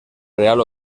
real